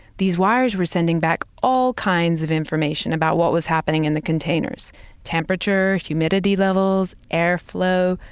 these wires were sending back all kinds of information about what was happening in the containers temperature, humidity levels, airflow,